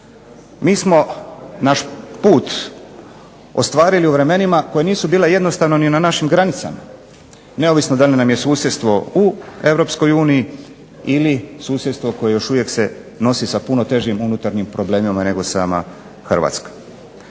Mi smo naš put ostvarili u vremenima koja nisu bila jednostavna i na našim granicama, neovisno da li nam je susjedstvo u EU ili susjedstvo koje se još uvijek nosi sa puno težim unutarnjim problemima nego sama Hrvatska.